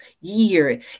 year